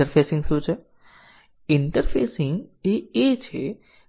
સૌથી સરળ data flow ટેસ્ટિંગમાંની એક એ છે